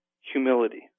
humility